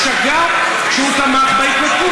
שגה כשהוא תמך בהתנתקות,